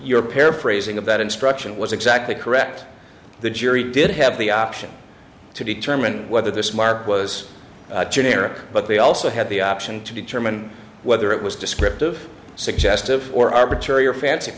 your paraphrasing of that instruction was exactly correct the jury did have the option to determine whether this mark was a generic but they also had the option to determine whether it was descriptive suggestive or arbitrary or fanc